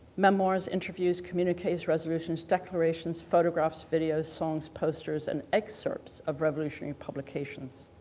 memoirs, interviews, communiques, resolutions, declarations photographs, videos, songs, posters and excerpts of revolutionary publications.